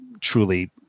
truly